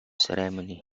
ceremony